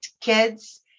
kids